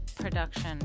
production